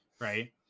Right